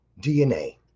DNA